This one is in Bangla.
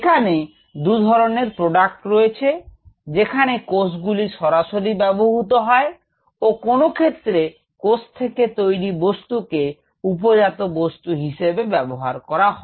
এখানে দুধরনের প্রোডাক্ট রয়েছে যেখানে কোষগুলি সরাসরি ব্যবহৃত হয় ও কোন ক্ষেত্রে কোষ থেকে তৈরি বস্তুকে উপজাত বস্তু হিসেবে ব্যবহার করা হয়